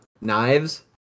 Knives